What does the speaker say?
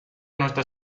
nuestra